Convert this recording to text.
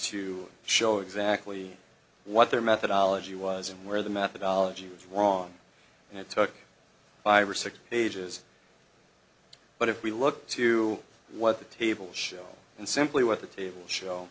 to show exactly what their methodology was and where the methodology was wrong and it took five or six pages but if we look to what the table shelves and simply what the table show